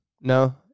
No